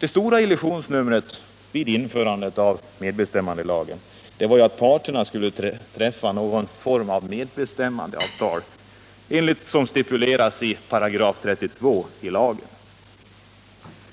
Det stora illusionsnumret vid införandet av medbestämmandelagen var ju att parterna skulle få träffa någon form av medbestämmandeavtal enligt vad som stipulerades i 32 § i lagen.